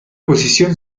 posición